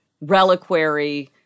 reliquary